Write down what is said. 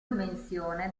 dimensione